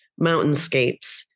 mountainscapes